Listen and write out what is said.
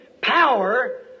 power